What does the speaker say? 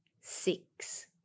six